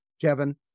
Kevin